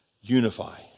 unify